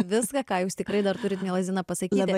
viską ką jūs tikrai dar turit miela zina pasakyti